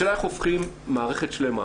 השאלה איך הופכים מערכת שלמה,